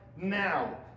now